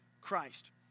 Christ